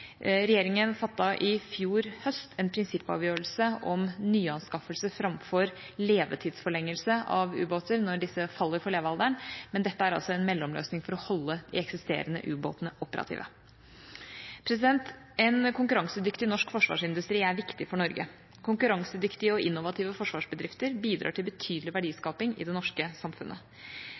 i fjor høst en prinsippavgjørelse om nyanskaffelse framfor levetidsforlengelse av ubåter når disse faller for levealderen, men dette er altså en mellomløsning for å holde de eksisterende ubåtene operative. En konkurransedyktig norsk forsvarsindustri er viktig for Norge. Konkurransedyktige og innovative forsvarsbedrifter bidrar til betydelig verdiskaping i det norske samfunnet.